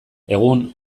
egun